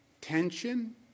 tension